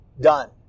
done